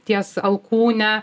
ties alkūne